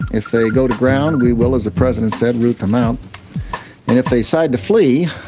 if they go to ground, we will as the president said, root them out and if they decide to flee,